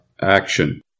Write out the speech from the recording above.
Action